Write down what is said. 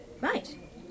Right